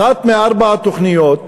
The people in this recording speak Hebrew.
אחת מארבע התוכניות,